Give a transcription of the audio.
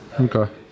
Okay